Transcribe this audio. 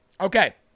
Okay